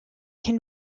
can